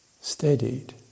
steadied